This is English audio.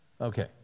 Okay